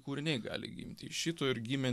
kūriniai gali gimti iš šito ir gimė